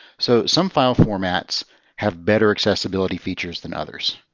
so some file formats have better accessibility features than others.